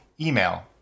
email